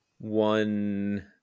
one